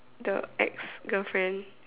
the ex girlfriend